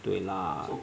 对啦